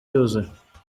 yuzuye